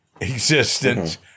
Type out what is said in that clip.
existence